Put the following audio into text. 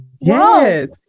yes